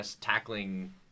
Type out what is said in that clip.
tackling